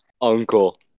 uncle